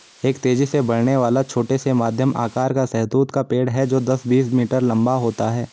एक तेजी से बढ़ने वाला, छोटा से मध्यम आकार का शहतूत का पेड़ है जो दस, बीस मीटर लंबा होता है